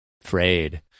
frayed